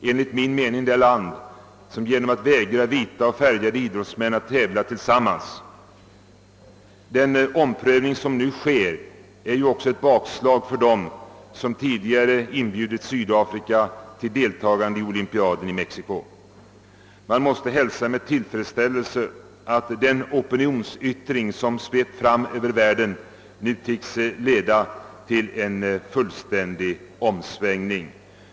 Enligt min mening det land som vägrar vita och färgade idrottsmän att tävla tillsammans. Den omprövning som nu sker innebär ju också ett bakslag för dem som tidigare inbjudit Sydafrika att delta i olympiaden i Mexico. Man måste hälsa med tillfredsställelse att den opinionsyttring som svept fram över världen nu tycks leda till en fullständig omsvängning.